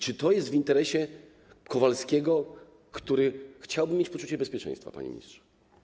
Czy to jest w interesie Kowalskiego, który chciałby mieć poczucie bezpieczeństwa, panie ministrze?